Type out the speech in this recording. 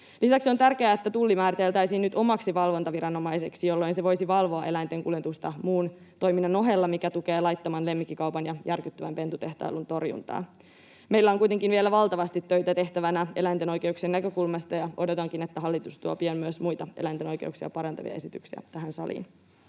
Lisäksi on tärkeää, että Tulli määriteltäisiin nyt omaksi valvontaviranomaiseksi, jolloin se voisi valvoa eläinten kuljetusta muun toiminnan ohella, mikä tukee laittoman lemmikkikaupan ja järkyttävän pentutehtailun torjuntaa. Meillä on kuitenkin vielä valtavasti töitä tehtävänä eläinten oikeuksien näkökulmasta, ja odotankin, että hallitus tuo pian myös muita eläinten oikeuksia parantavia esityksiä tähän saliin.